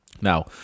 Now